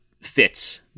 fits